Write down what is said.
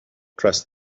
dressed